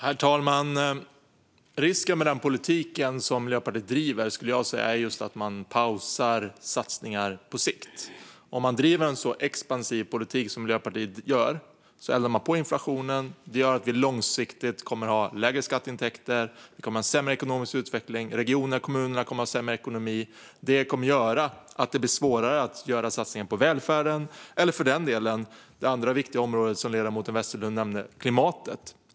Herr talman! Risken med den politik som Miljöpartiet driver är, skulle jag säga, att man pausar satsningar på sikt. Om man driver en så expansiv politik som Miljöpartiet gör eldar man på inflationen. Det gör att vi långsiktigt kommer att ha lägre skatteintäkter och en sämre ekonomisk utveckling. Regionerna och kommunerna kommer att ha sämre ekonomi. Detta kommer att göra att det blir svårare att göra satsningar på välfärden och, för den delen, det andra viktiga område som ledamoten Westerlund nämnde, klimatet.